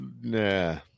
nah